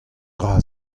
dra